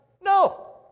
No